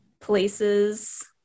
places